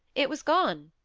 it was gone.